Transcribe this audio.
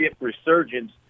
resurgence